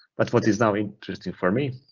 but what is now interesting for me,